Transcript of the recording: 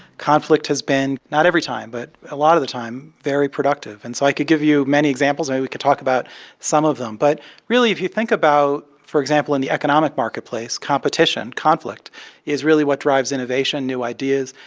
conflict has been not every time, but a lot of the time very productive. and so i could give you many examples, and maybe we could talk about some of them. but really, if you think about, for example, in the economic marketplace, competition conflict is really what drives innovation, new ideas.